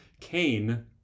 Cain